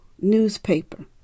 newspaper